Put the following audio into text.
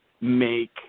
make